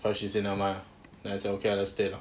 !wah! she said never mind then I said okay lah let's stead lor